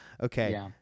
Okay